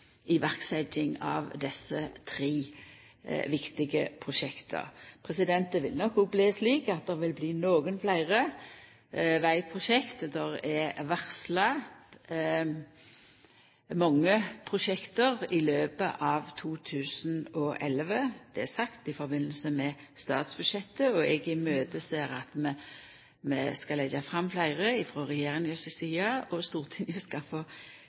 til iverksetjing av desse tre viktige prosjekta. Det vil nok òg bli nokre fleire vegprosjekt. Det er varsla mange prosjekt i løpet av 2011. Det er sagt i samband med statsbudsjettet. Eg ser fram til at vi skal leggja fram fleire frå regjeringa si side, og Stortinget